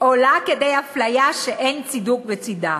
עולה כדי אפליה שאין צידוק בצדה.